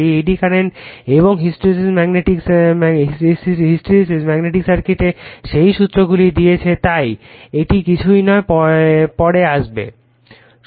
এই eddy current এবং hysteresis magnetic সার্কিটে সেই সূত্রগুলো দিয়েছি তাই এইটা কিছু না পরে আসবে